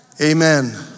Amen